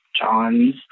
John's